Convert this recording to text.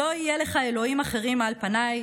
"לא יהיה לך אלהים אחרים על פני.